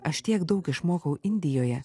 aš tiek daug išmokau indijoje